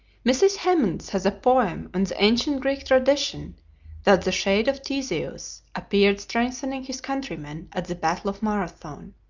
mrs. hemans has a poem on the ancient greek tradition that the shade of theseus appeared strengthening his countrymen at the battle of marathon.